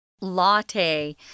latte